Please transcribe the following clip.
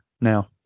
now